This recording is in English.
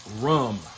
rum